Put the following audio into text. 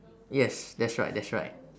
yes that's right that's right